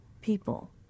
people